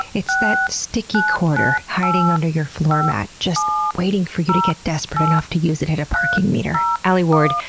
it's that sticky quarter, hiding under your floormat just waiting for you to get desperate enough to use it at a parking meter, alie ward,